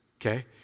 Okay